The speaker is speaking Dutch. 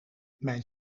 mijn